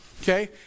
okay